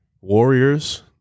Warriors